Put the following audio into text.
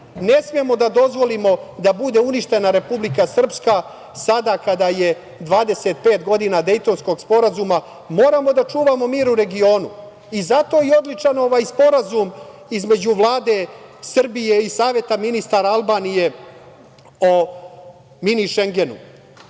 Ne smemo da dozvolimo da bude uništena Republika Srpska, sada kada je 25 godina Dejtonskog sporazuma. Moramo da čuvamo mir u regionu. Zato je odličan ovaj sporazum između Vlade Srbije i Saveta ministara Albanije o Mini Šengenu,